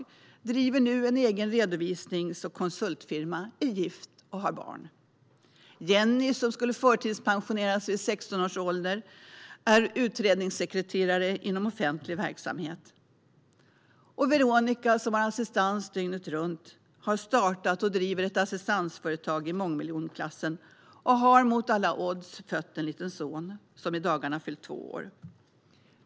Hon driver nu en egen redovisnings och konsultfirma. Hon är gift och har barn. Jenni, som skulle förtidspensioneras vid 16 års ålder, är utredningssekreterare inom offentlig verksamhet. Och Veronica, som har assistans dygnet runt, har startat och driver ett assistansföretag i mångmiljonklassen. Hon har mot alla odds fött en liten son som i dagarna har fyllt två år.